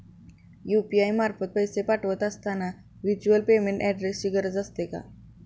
UPI मार्फत पैसे पाठवत असताना व्हर्च्युअल पेमेंट ऍड्रेसची गरज असते का?